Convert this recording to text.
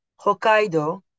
Hokkaido